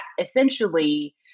essentially